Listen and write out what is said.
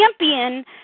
champion